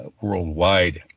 worldwide